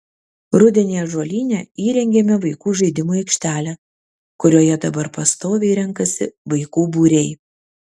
rudenį ąžuolyne įrengėme vaikų žaidimų aikštelę kurioje dabar pastoviai renkasi vaikų būriai